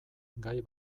gai